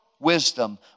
wisdom